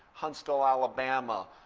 huntsville, alabama,